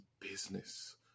business